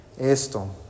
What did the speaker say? esto